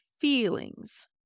feelings